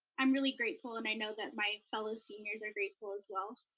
i'm really grateful, and i know that my fellow seniors are grateful as well.